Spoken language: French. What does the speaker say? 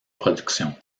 production